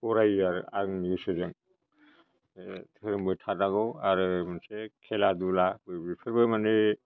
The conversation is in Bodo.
बरायो आरो आंनि गोसोजों धोरोमबो थानांगौ आरो मोनसे खेला दुला बेफोरबो माने